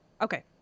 Okay